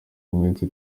iminsi